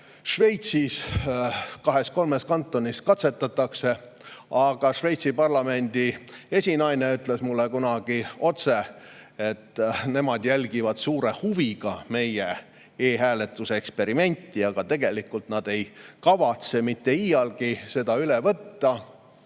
Šveitsis seda kahes-kolmes kantonis katsetatakse, aga Šveitsi parlamendi esinaine ütles mulle kunagi otse, et nemad jälgivad suure huviga meie e‑hääletuse eksperimenti, aga tegelikult nad ei kavatse mitte iialgi seda üle võtta.